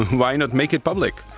why not make it public?